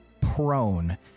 prone